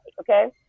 Okay